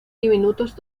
diminutos